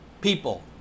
people